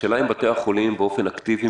השאלה אם בתי החולים מתקשרים באופן אקטיבי